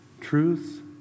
truth